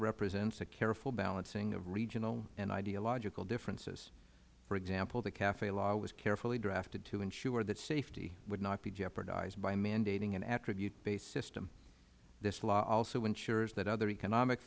represents a careful balancing of regional and ideological differences for example the cafe law was carefully drafted to ensure that safety would not be jeopardized by mandating an attribute based system this law also ensures that other economic